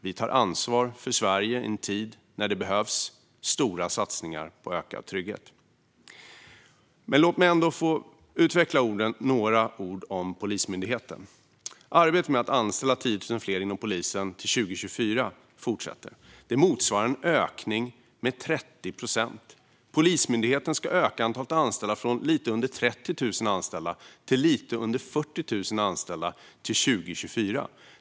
Vi tar ansvar för Sverige i en tid när det behövs stora satsningar på ökad trygghet. Låt mig få utveckla med några ord om Polismyndigheten. Arbetet med att anställa 10 000 fler inom polisen till 2024 fortsätter. Detta motsvarar en ökning med 30 procent. Polismyndigheten ska öka antalet anställda från strax under 30 000 till närmare 40 000 till 2024.